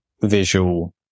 visual